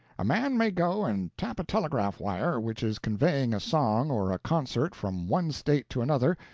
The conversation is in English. a man may go and tap a telegraph wire which is conveying a song or a concert from one state to another,